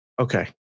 Okay